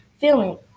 feeling